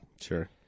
Sure